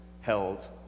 held